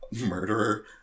Murderer